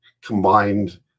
combined